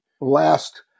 last